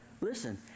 listen